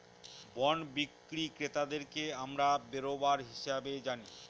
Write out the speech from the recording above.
bond বিক্রি ক্রেতাদেরকে আমরা বেরোবার হিসাবে জানি